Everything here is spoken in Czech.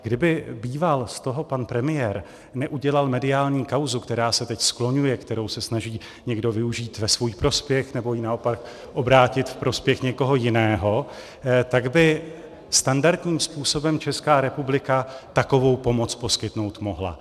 Kdyby býval z toho pan premiér neudělal mediální kauzu, která se teď skloňuje, kterou se snaží někdo využít ve svůj prospěch, nebo ji naopak obrátit v prospěch někoho jiného, tak by standardním způsobem Česká republika takovou pomoc poskytnout mohla.